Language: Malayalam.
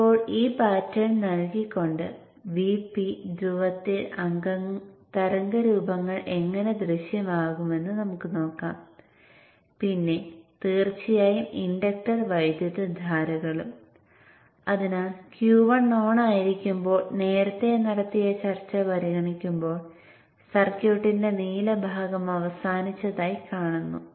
എന്നിരുന്നാലും നിങ്ങൾ Vin 2 ന് Q1 Q2 എന്നിവ റേറ്റ് ചെയ്യരുത് കാരണം Q2 ഓണായിരിക്കുമ്പോൾ Q1 ൽ നമുക്ക് കാണാം